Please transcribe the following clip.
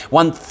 one